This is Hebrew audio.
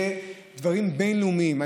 זה דברים בין-לאומיים.